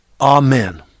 Amen